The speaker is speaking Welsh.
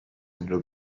unrhyw